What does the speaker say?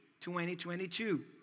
2022